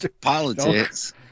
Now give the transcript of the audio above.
Politics